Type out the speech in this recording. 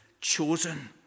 chosen